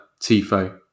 Tifo